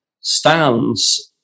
Stands